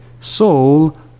soul